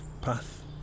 path